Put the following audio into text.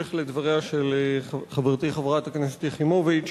בהמשך לדבריה של חברתי, חברת הכנסת יחימוביץ,